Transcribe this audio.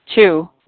Two